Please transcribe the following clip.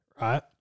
Right